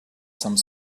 some